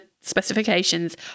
specifications